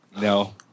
No